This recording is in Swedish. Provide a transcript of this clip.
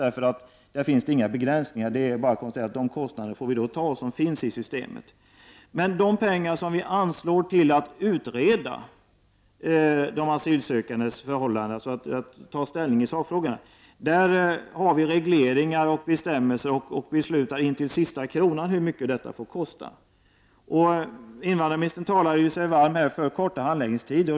Där finns inga begränsningar. Dessa kostnader får vi helt enkelt ta, men när det gäller pengar som anslås till att utreda de asylsökandes förhållanden för att kunna ta ställning i sakfrågan har vi regleringar och bestämmelser. Vi beslutar in till sista kronan hur mycket detta får kosta. Invandrarministern talar sig varm för kortare handläggningstider.